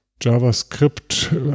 JavaScript